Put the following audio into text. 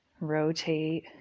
Rotate